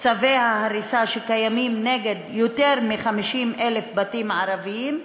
צווי ההריסה שקיימים כנגד יותר מ-50,000 בתים של ערבים?